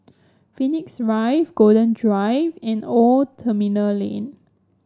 Phoenix Rise Golden Drive and Old Terminal Lane